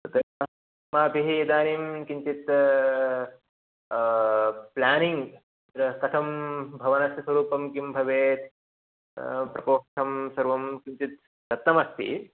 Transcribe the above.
तत् अस्माभिः इदानीं किञ्चित् प्लानिङ्ग् अत्र कथं भवनस्य स्वरूपं किं भवेत् प्रकोष्ठं सर्वं किञ्चित् दत्तमस्ति